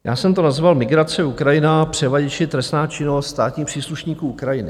Já jsem to nazval migrace, Ukrajina, převaděči, trestná činnost státních příslušníků Ukrajiny.